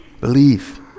Believe